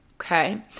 okay